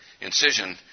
incision